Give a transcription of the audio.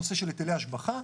נושא של היטלי השבחה.